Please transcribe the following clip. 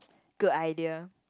good idea